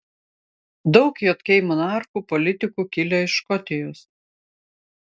daug jk monarchų politikų kilę iš škotijos